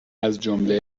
ازجمله